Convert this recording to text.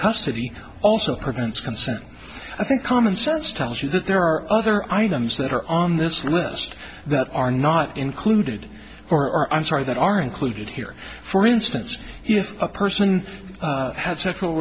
custody also prevents consent i think common sense tells you that there are other items that are on this list that are not included or i'm sorry that are included here for instance if a person had sexual